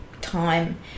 time